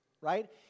Right